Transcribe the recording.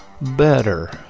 better